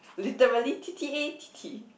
literally tete-a-tete